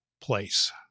place